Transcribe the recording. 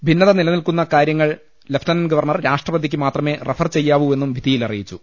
ഭിന്നത നിലനിൽക്കുന്ന കാര്യങ്ങൾ ലഫ്റ്റനന്റ് ഗവർണർ രാഷ്ട്രപതിയ്ക്ക് മാത്രമേ റഫർ ചെയ്യാവൂ എന്നും വിധിയിലറിയിച്ചു